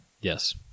Yes